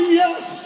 yes